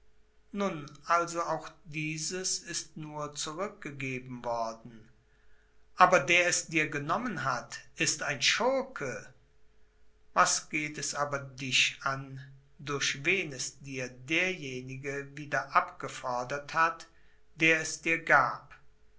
nun also auch dieses ist nur zurückgegeben worden aber der es dir genommen hat ist ein schurke was geht es aber dich an durch wen es dir derjenige wieder abgefordert hat der es dir gab